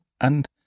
And—